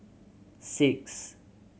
six